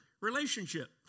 relationship